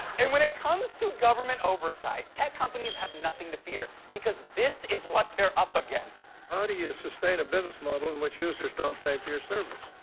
and when it comes to government oversight, tech companies have nothing to fear, because this is what they're up against. how ah do you sustain a business model in which users don't pay for your service?